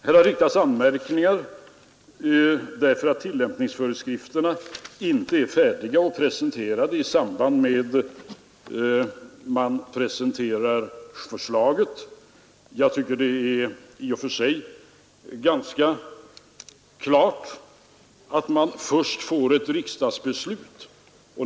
Det har riktats anmärkning mot att tillämpningsföreskrifterna inte är färdiga och har presenterats i samband med att lagförslaget framlagts. Jag tycker att det i och för sig är ganska rimligt att man först får ett riksdagsbeslut.